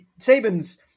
Saban's